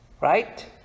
Right